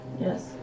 Yes